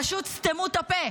פשוט סתמו ת'פה,